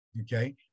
okay